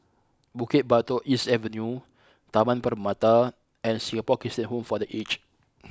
Bukit Batok East Avenue Taman Permata and Singapore Christian Home for the Aged